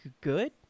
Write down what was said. good